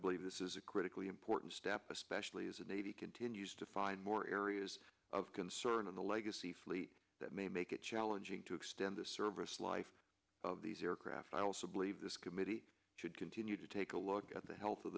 believe this is a critically important step especially as a he continues to find more areas of concern in the legacy fleet that may make it challenging to extend the service life of these aircraft i also believe this committee should continue to take a look at the health of